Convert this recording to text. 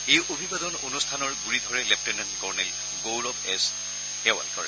এই অভিবাদন অনুষ্ঠানৰ গুৰি ধৰে লেফটেনেণ্ট কৰ্ণেল গৌৰৱ এছ য়েৱালকৰে